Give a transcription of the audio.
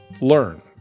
learn